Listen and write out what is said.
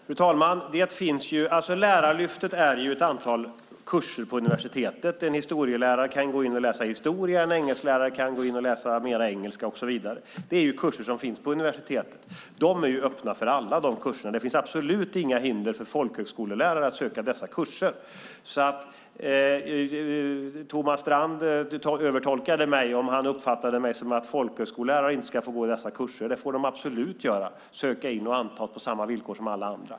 Fru talman! Lärarlyftet gäller ett antal kurser på universitetet. En historielärare kan läsa historia där. En engelsklärare kan läsa mer engelska och så vidare. Det är kurser som finns på universitetet, och de kurserna är öppna för alla så det finns absolut inga hinder för folkhögskolelärare att söka till dessa kurser. Thomas Strand övertolkade mig om han uppfattade mitt svar så att folkhögskolelärare inte ska få gå på dessa kurser. Det får de absolut göra. De får söka till dem och antas sedan på samma villkor som alla andra.